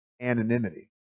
anonymity